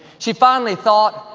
she finally thought,